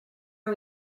are